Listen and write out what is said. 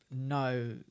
no